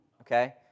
okay